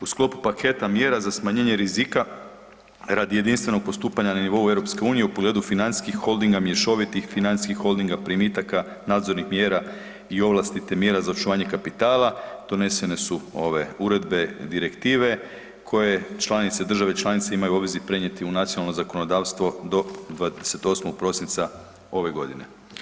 U sklopu paketa mjera za smanjenje rizika radi jedinstvenog postupanja na nivou EU u pogledu financijskih holdinga, mješovitih financijskih holdinga, primitaka, nadzornih mjera i ovlasti, te mjera za očuvanje kapitala, donesene su ove uredbe i direktive koje članice, države članice imaju u obvezi prenijeti u nacionalno zakonodavstvo do 28. prosinca ove godine.